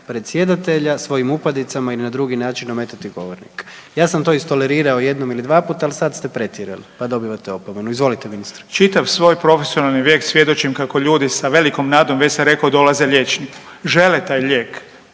predsjedatelja, svojim upadicama i na drugi način ometati govornika. Ja sam to istolerirao jednom ili dvaput, ali sad ste pretjerali pa dobivate opomenu. Izvolite ministre. **Beroš, Vili (HDZ)** Čitav svoj profesionalni vijek svjedočim kako ljudi sa velikom nadom, već sam rekao, dolaze liječniku. Žele taj lijek.